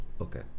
Okay